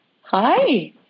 Hi